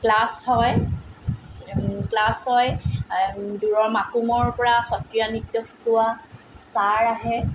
class হয় class হয় দূৰৰ মাকুমৰপৰা সত্ৰীয়া নৃত্য শিকোৱা ছাৰ আহে